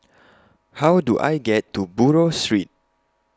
How Do I get to Buroh Street